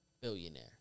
billionaire